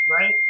right